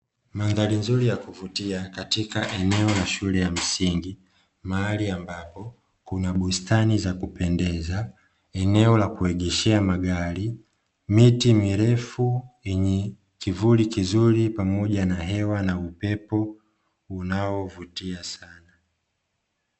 Mandhari nzuri ya kuvutia katika eneo la shule ya msingi, mahali ambapo kuna bustani za kupendeza. Eneo lakuegeshea magari, miti mirefu yenye kivuli kizuri pamoja na hewa na upepo unaovutia sana.